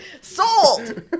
Sold